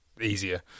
easier